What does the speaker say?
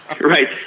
Right